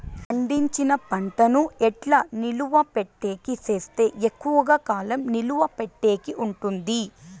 పండించిన పంట ను ఎట్లా నిలువ పెట్టేకి సేస్తే ఎక్కువగా కాలం నిలువ పెట్టేకి ఉంటుంది?